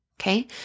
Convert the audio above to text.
Okay